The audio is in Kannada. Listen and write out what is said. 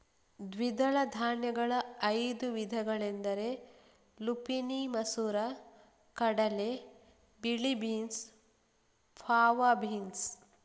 ದ್ವಿದಳ ಧಾನ್ಯಗಳ ಐದು ವಿಧಗಳೆಂದರೆ ಲುಪಿನಿ ಮಸೂರ ಕಡಲೆ, ಬಿಳಿ ಬೀನ್ಸ್, ಫಾವಾ ಬೀನ್ಸ್